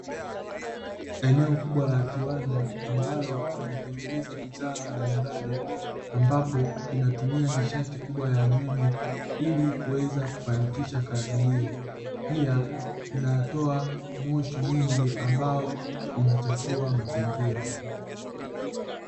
Eneo kubwa la kiwanda ambalo linatengeneza bidhaa mbalimbali, ambapo inatumia nishati kubwa ya umeme, ili kuweza kufanikisha kazi hiyo, pia inatoa moshi mwingi ambao unachafua mazingira.